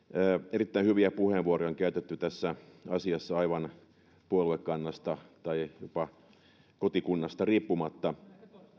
erittäin hyviä puheenvuoroja on käytetty tässä asiassa aivan puoluekannasta tai jopa kotikunnasta riippumatta